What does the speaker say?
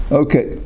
okay